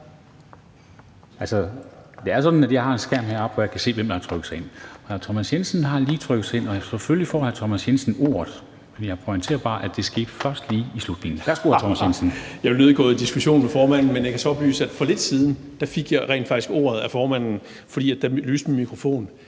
det er sådan, at jeg har en skærm heroppe, hvor jeg kan se, hvem der har trykket sig ind, og hr. Thomas Jensen har lige trykket sig ind, og selvfølgelig får hr. Thomas Jensen ordet. Men jeg pointerer bare, at det skete først lige i slutningen. Værsgo, hr. Thomas Jensen. Kl. 21:41 Thomas Jensen (S): Jeg vil nødig gå i diskussion med formanden, men jeg kan så oplyse, at jeg for lidt siden rent faktisk fik ordet af formanden, for da lyste min mikrofon.